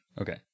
Okay